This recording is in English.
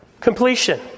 Completion